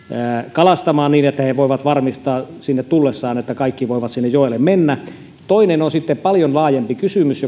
kalastamaan niin että he voivat varmistaa sinne tullessaan että kaikki voivat sinne joelle mennä toinen on sitten paljon laajempi kysymys